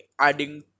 adding